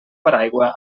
paraigua